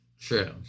True